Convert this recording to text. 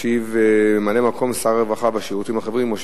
ישיב ממלא-מקום שר הרווחה והשירותים החברתיים,